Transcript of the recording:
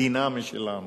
מדינה משלנו,